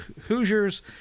Hoosiers